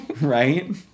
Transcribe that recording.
Right